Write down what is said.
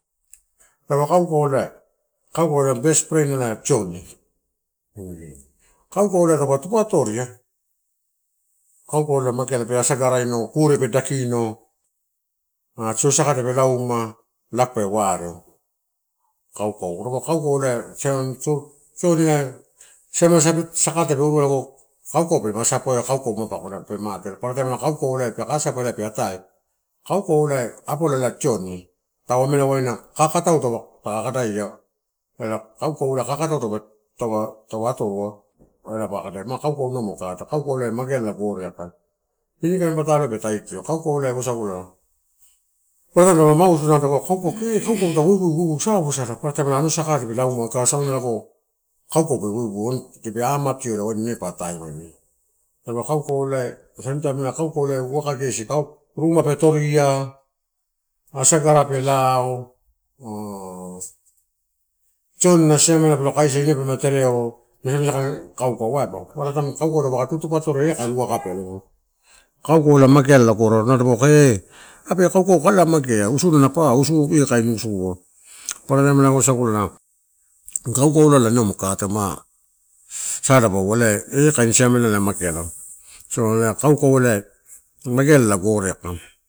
Nalo kaukau ela, kaukau ena best friends ela tioni. Kaukau ela taupe tapa atoria, kaukau ela mageala pe asagaraino pure pe dakino, so saka pe lauma, lape uaro. Kaukau rova kaukau ela simela, tioni siamela saka tape urua lago kaukau pelama asupoia, kaukau mapa kadaia mate, ela, are parataim kaukau peke asapoi ela pe atae. kaukau ela apola ela tioni, tau amela uaina kakatau taka kadaia, ela kaukau kakatau tapa atorua ela pa kadaia, ma kaukau maguka atoi, kaukau ela magealala gore aika ini kain pataloai pe taito. Kaukau ela uasagula, paparataim nua saka tadipa lauma. Aga asaunala lago kaukau pe eueu uani tape amatio ine pa atainaela dapaua kaukau ela paparataim ruma pe toria, asagaru pe lao tioni ena siamela pelo kaisia ine pe luma tereo kaukau ela uaiba, paparataim kaukau dapaka tutupa atoria ela, ela kain waka pe aloa. Kaukau ela mageala la gore aika, nalo dapaua kee kaukau eh kala magea. Usuna na pau usunu eh kain usu ua paparataim uasagula kaukau la ina magukatai sadapaua ela, en kain siamelaua mageala, so ela kaukau magealala gore aika.